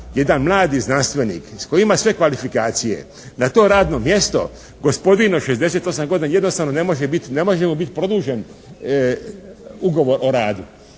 jedan mladi znanstvenik koji ima sve kvalifikacije na to radno mjesto gospodin od 68 godina jednostavno ne može mu biti produžen ugovor o radu.